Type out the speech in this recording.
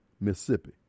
Mississippi